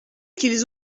qu’ils